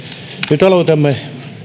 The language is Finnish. nyt aloitamme